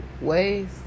ways